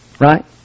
right